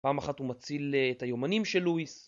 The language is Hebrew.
פעם אחת הוא מציל את היומנים של לואיס